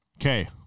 Okay